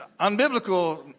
unbiblical